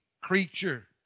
creature